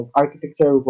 architecture